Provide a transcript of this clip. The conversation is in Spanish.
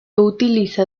utiliza